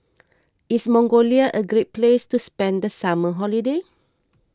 is Mongolia a great place to spend the summer holiday